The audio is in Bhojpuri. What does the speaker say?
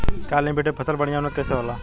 काली मिट्टी पर फसल बढ़िया उन्नत कैसे होला?